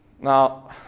Now